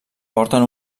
porten